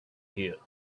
here